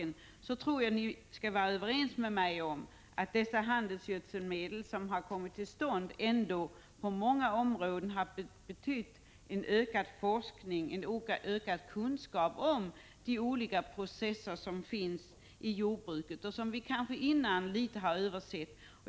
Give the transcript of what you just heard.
Jag tror att ni då kan vara överens med mig om att den avgift på handelsgödsel som har kommit till stånd på många områden har betytt ökad forskning och en större kunskap om de olika processer som finns i jordbruket, och som vi tidigare kanske litet har förbisett.